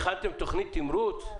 הכנתם תוכנית תמרוץ?